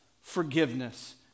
forgiveness